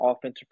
offensive